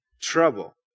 trouble